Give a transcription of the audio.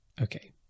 okay